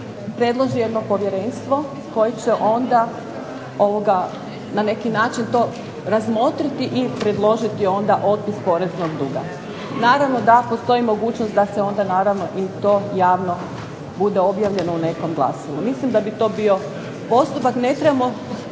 predloži jedno povjerenstvo koje će na neki način to razmotriti i predložiti otpis poreznog duga. Naravno da postoji mogućnost da se to javno bude objavljeno u nekom glasilu. Mislim da bi to bio postupak. Ne trebamo